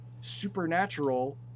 supernatural